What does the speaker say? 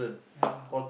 ya lah